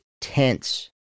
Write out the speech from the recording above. tense